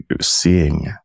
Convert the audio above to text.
seeing